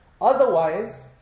Otherwise